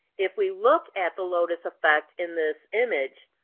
if we look at the lotus effect in this image,